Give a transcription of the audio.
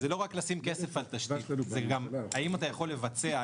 זה גם האם אתה יכול לבצע,